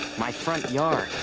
my front yard.